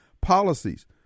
policies